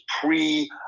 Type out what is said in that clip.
pre